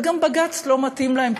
וגם בג"ץ לא מתאים להם,